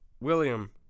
William